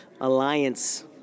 alliance